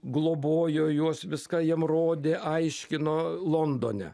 globojo juos viską jiem rodė aiškino londone